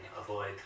avoid